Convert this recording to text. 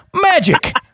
Magic